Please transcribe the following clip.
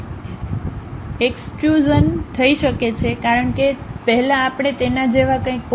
extrusion થઈ શકે છે કારણ કે પહેલા આપણે તેના જેવા કંઈક